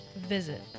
visit